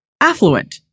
affluent